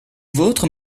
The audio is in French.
vôtre